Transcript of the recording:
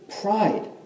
pride